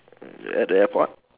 mm at the airport